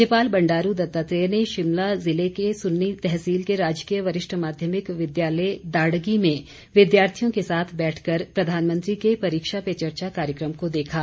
राज्यपाल बंडारू दत्तात्रेय ने शिमला जिले में सुन्नी तहसील के राजकीय वरिष्ठ माध्यमिक विद्यालय दाड़गी में विद्यार्थियों के साथ बैठकर प्रधानमंत्री के परीक्षा पे चर्चा कार्यक्रम को देखा